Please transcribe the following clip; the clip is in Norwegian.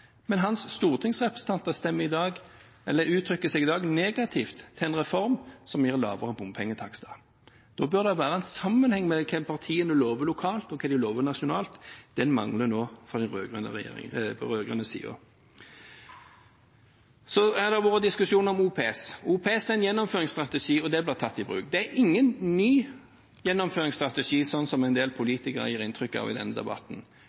men hans stortingsrepresentanter uttrykker seg i dag negativt om en reform som gir lavere bompengetakster. Det bør være en sammenheng mellom det partiene lover lokalt, og det de lover nasjonalt – det mangler nå fra den rød-grønne siden. Det har vært diskusjon om OPS. OPS er en gjennomføringsstrategi, og den blir tatt i bruk. Det er ingen ny gjennomføringsstrategi, som en del politikere gir inntrykk av i denne debatten.